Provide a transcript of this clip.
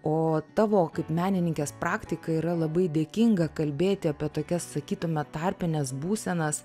o tavo kaip menininkės praktika yra labai dėkinga kalbėti apie tokias sakytume tarpines būsenas